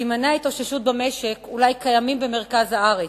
סימני ההתאוששות במשק אולי קיימים במרכז הארץ,